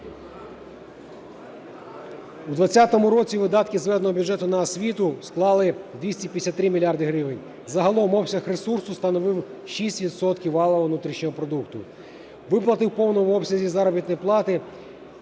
В 20-му році видатки зведеного бюджету на освіту склали 253 мільярди гривень. Загалом обсяг ресурсу становив 6 відсотків валового внутрішнього продукту. Виплати в повному обсязі заробітної плати